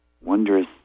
wondrous